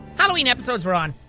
halloween episode were on.